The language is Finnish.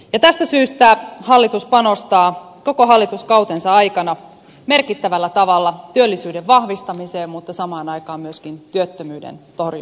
tästä syystä hallitus panostaa koko hallituskautensa aikana merkittävällä tavalla työllisyyden vahvistamiseen mutta samaan aikaan myöskin työttömyyden torjumiseen